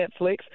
Netflix